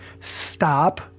Stop